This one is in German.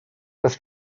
das